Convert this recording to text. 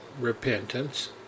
repentance